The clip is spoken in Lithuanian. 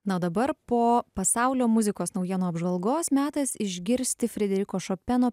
na o dabar po pasaulio muzikos naujienų apžvalgos metas išgirsti frederiko šopeno